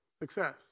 success